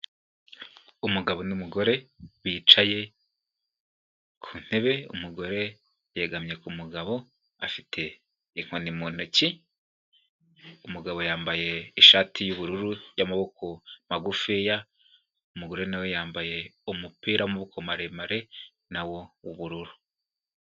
Umugabo n'umugore bicaye ku ntebe, umugore yegamye ku mugabo, ufite inkoni mu ntoki, umugabo yambaye ishati y'ubururu y'amaboko magufiya, umugore nawe yambaye umupira w'amaboko maremare nawo w'ubururu.